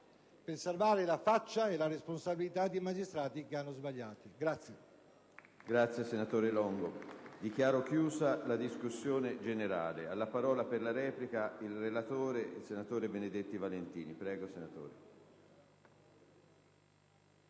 per salvare la faccia e la responsabilità dei magistrati che hanno sbagliato.